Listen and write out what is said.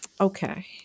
Okay